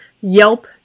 Yelp